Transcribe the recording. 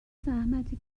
زحمتی